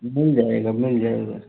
मिल जाएगा मिल जाएगा